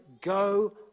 go